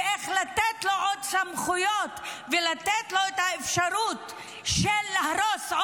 באיך לתת לו עוד סמכויות ולתת לו את האפשרות של הריסת